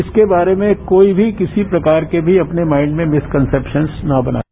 इसके बारे में कोई भी किसी प्रकार के अपने माइंड में मिसकसेपांस न बनाएं